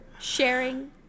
sharing